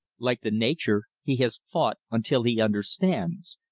like the nature he has fought until he understands,